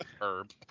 Herb